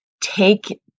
take